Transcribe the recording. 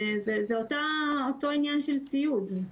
זה אותו עניין של ציוד.